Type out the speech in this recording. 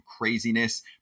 craziness